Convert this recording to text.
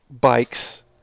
bikes